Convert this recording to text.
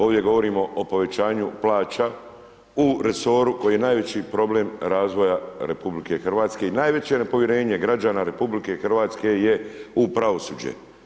Ovdje govorimo o povećanju plaća u resoru koji je najveći problem razvoja RH i najveće nepovjerenje građana RH je u pravosuđe.